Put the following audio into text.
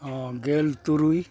ᱜᱮᱞ ᱛᱩᱨᱩᱭ